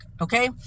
Okay